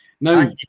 No